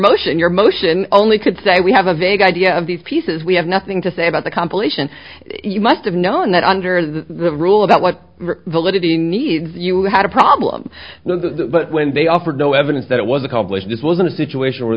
motion your motion only could say we have a vague idea of these pieces we have nothing to say about the compilation you must have known that under the rule about what validity needs you had a problem but when they offered no evidence that it was accomplished this was in a situation where